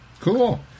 Cool